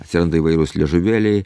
atsiranda įvairūs liežuvėliai